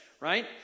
right